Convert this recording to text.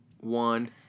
one